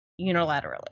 unilaterally